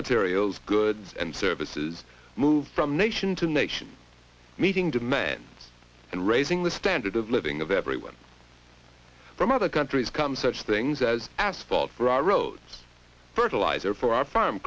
materials goods and services move from nation to nation meeting demand and raising the standard of living of everyone from other countries come such things as asphalt for our roads fertiliser for our farm